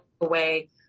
away